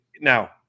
now